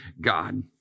God